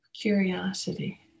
curiosity